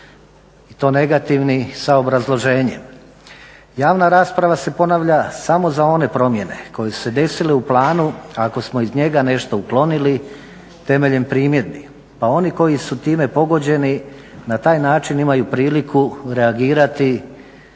i to negativni sa obrazloženjem. Javna rasprava se ponavlja samo za one promjene koje su se desile u planu ako smo iz njega nešto uklonili temeljem primjedbi pa oni koji su time pogođeni na taj način imaju priliku reagirati